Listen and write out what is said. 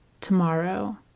tomorrow